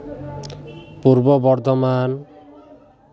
Purba Bardhaman